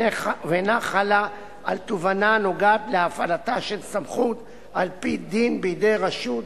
ואינה חלה על תובענה הנוגעת להפעלתה של סמכות על-פי דין בידי רשות,